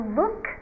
look